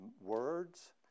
words